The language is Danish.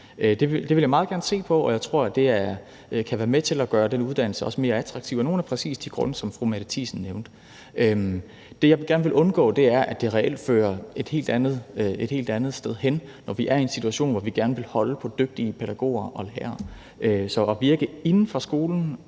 Det vil jeg meget gerne se på, og jeg tror, at det kan være med til også at gøre den uddannelse mere attraktiv præcis af nogle af de grunde, som fru Mette Thiesen nævnte. Det, jeg gerne vil undgå, er, at det reelt fører et helt andet sted hen, når vi er i en situation, hvor vi gerne vil holde på dygtige pædagoger og lærere. Så det at virke inden for skolen,